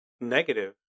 negative